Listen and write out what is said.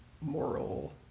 moral